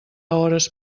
hores